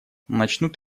начнут